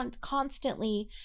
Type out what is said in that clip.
constantly